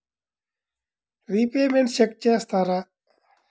Repayments check చేస్తారా?